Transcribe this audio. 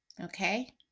Okay